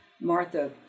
Martha